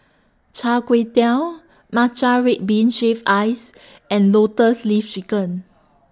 Char Kway Teow Matcha Red Bean Shaved Ice and Lotus Leaf Chicken